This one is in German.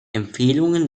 empfehlungen